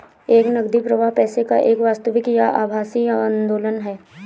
एक नकदी प्रवाह पैसे का एक वास्तविक या आभासी आंदोलन है